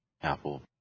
Apple